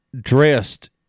dressed